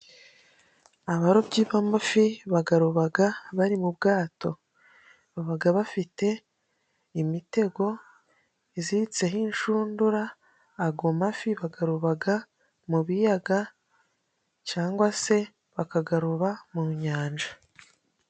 Abarobyi b'amafi bagarobaga bari mu bwato .Babaga bafite imitego iziritseho inshundura. Ago amafi bagarobaga mu biyaga cyangwa se bakagaroba mu nyanja.